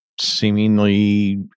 Seemingly